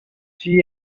she